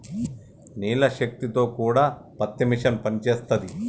నీళ్ల శక్తి తో కూడా పత్తి మిషన్ పనిచేస్తది